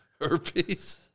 Herpes